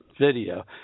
video